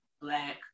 Black